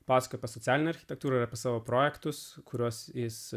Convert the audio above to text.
pasakoja socialinio architektūroje savo projektus kuriuos jis